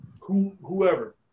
whoever